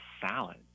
salad